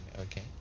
Okay